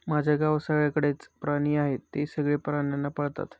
माझ्या गावात सगळ्यांकडे च प्राणी आहे, ते सगळे प्राण्यांना पाळतात